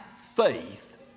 faith